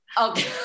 Okay